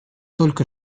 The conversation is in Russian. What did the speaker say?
только